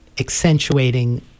accentuating